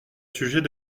sujet